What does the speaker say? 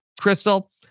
Crystal